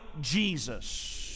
Jesus